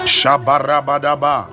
Shabarabadaba